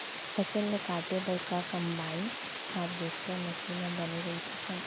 फसल ल काटे बर का कंबाइन हारवेस्टर मशीन ह बने रइथे का?